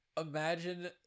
Imagine